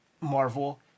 Marvel